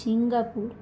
Singapore